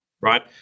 right